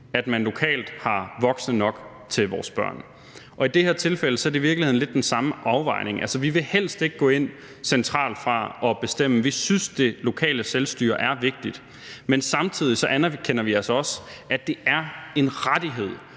at man lokalt har voksne nok til vores børn. Og i det her tilfælde er det i virkeligheden lidt den samme afvejning – vi vil helst ikke gå ind centralt fra og bestemme, for vi synes, at det lokale selvstyre er vigtigt, men samtidig anerkender vi altså også, at det er en rettighed,